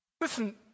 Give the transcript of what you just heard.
listen